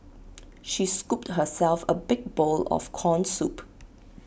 she scooped herself A big bowl of Corn Soup